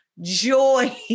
joy